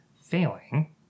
failing